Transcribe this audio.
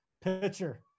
Pitcher